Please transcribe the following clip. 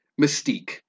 Mystique